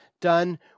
done